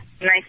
nice